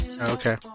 Okay